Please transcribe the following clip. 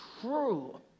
true